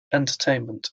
entertainment